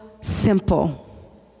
simple